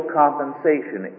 compensation